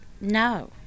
no